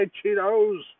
Cheetos